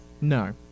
No